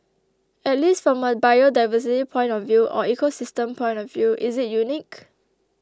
at least from a biodiversity point of view or ecosystem point of view is it unique